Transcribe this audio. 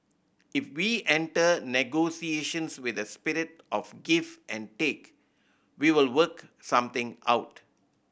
if we enter negotiations with a spirit of give and take we will work something out